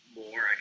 more